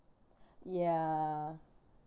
ya